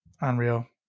Unreal